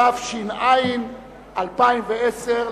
התש"ע 2010,